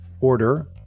order